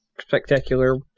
spectacular